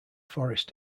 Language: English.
forest